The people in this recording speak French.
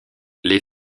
les